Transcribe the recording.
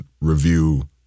review